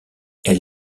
elle